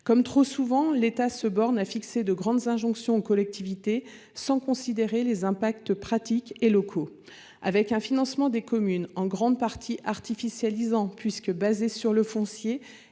Comme trop souvent, l'État se borne à adresser de grandes injonctions aux collectivités, sans considérer les impacts pratiques et locaux. Avec un financement des communes en grande partie artificialisant, puisque fondé sur le foncier